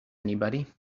anybody